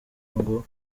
ngo